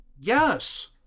Yes